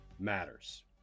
matters